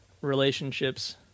relationships